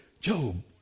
Job